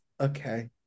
Okay